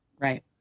Right